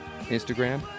Instagram